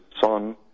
Son